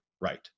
right